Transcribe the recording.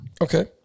Okay